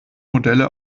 modelle